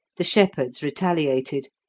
the shepherds retaliated,